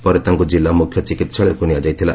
ପରେ ତାଙ୍କୁ ଜିଲ୍ଲା ମୁଖ୍ୟ ଚିକିହାଳୟକୁ ନିଆଯାଇଥିଲା